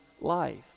life